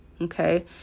okay